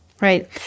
Right